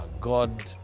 God